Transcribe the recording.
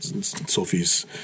Sophie's